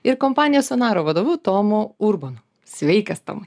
ir kompanija sonaro vadovo tomo urbonu sveikas tomai